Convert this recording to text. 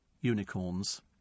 Unicorns